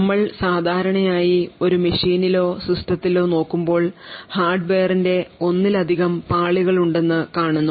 നമ്മൾ സാധാരണയായി ഒരു മെഷീനിലോ സിസ്റ്റത്തിലോ നോക്കുമ്പോൾ ഹാർഡ്വെയറിന്റെ ഒന്നിലധികം പാളികളുണ്ടെന്ന് കാണുന്നു